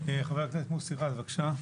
חבר הכנסת מוסי רז, בבקשה.